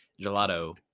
gelato